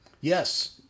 Yes